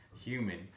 human